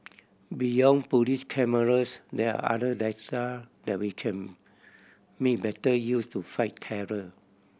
beyond police cameras there are other data that we can make better use to fight terror